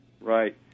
Right